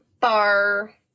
bar